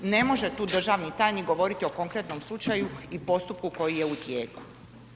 Ne može tu državni tajnik govoriti o korektnom slučaju i postupku koji je u tijeku.